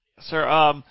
Sir